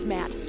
Matt